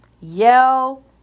Yell